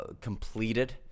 completed